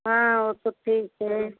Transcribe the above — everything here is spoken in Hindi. हाँ वह तो ठीक है